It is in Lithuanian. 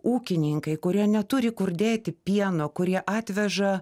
ūkininkai kurie neturi kur dėti pieno kurie atveža